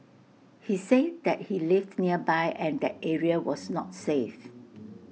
he said that he lived nearby and that area was not safe